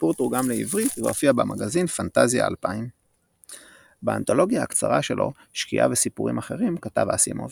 הסיפור תורגם לעברית והופיע במגזין פנטסיה 2000. באנתולוגיה הקצרה שלו "שקיעה וסיפורים אחרים" כתב אסימוב